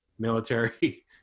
military